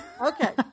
Okay